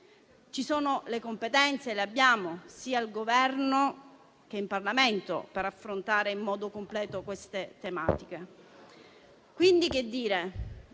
Ci sono le competenze, sia al Governo che in Parlamento, per affrontare in modo completo queste tematiche.